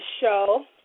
show